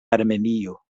armenio